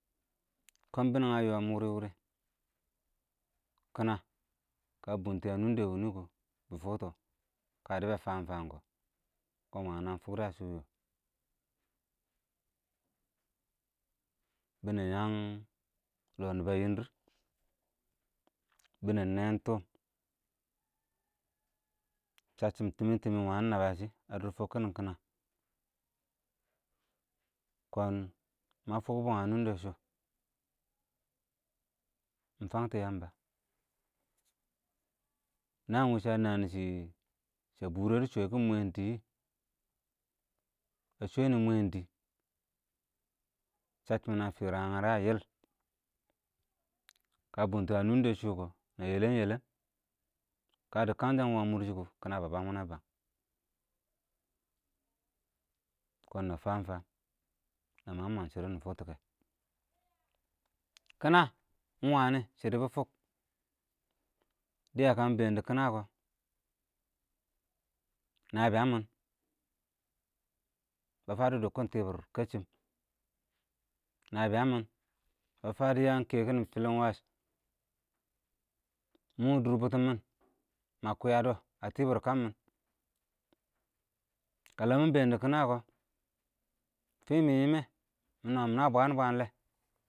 kʊn bɪnɛng ə yoɔm wɪrɪ-wɪrɪ, kɪnə kə bʊntə ə nʊngdɛ wʊnʊkɔ bɪ fʊctɔ kə dɪɨbə fəəm-fəəm kɔ, kɔn nəmɪ fʊkdɔ ə fɪshʊ, bɪnɛng ɪng ƴəng lɔo nɪbə ɪngdɪr, bɪnɛng nɛɛ tʊʊm, shəsshɪ tɪmɪ-tɪmɪ ɪng wənɪ nəbəshɪ ə dʊr fʊkkɪn kɪnə, mə fʊkbɔ wəng ə nʊngdɛ shʊ, mɪ fəngtɔ yəmbə, nəən wɪɪ shə nənɪ shɪ, sa bʊrɛkɪ shwɛkɪn mwɛn dɪɪ, sə shwɛnɪ mwɛ dɪ, səcchɪn bə fɪrrəng ə ɪngyərɛ ə yɪɪl, kə bʊngtɛ ə nʊngdɛ shʊ kɔ nə yɛlɛm-yɛlɛm, kədɛ kəngsə ɪmgwə mʊrshɪ kɔ kɪnə bə bəng mɪnɛ bəng, kɔn nə fəəng-fəng, nə məghɪm shɪdɔ nɪ fʊktɔ kɛ, kɪnə ɪng wənɪ shɪdɔbɪ fʊkk, dɪyə kə mɪ bɛɛn dɪ kɪnə kɔ, nəbɪyəng mɪn bə fədo dʊkkɪn tɪbɪr kɛsshɪm, nəbɪyəngmɪn bə fədɔ yəəm kɛkɪn fɪlɪnwəs, ɪng mɔdʊr bʊtʊmɪn, mə kʊyədɔ ə tɪbɪr ɪng kəmmɪn, kə ləm mɪn ɪng bɛɛn dɪ kɪnə kɔ, fɪɪ mɪ yɪm wɛ mʊnə nən bwə-bwən lɛɛ.